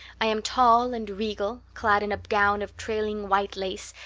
i am tall and regal, clad in a gown of trailing white lace,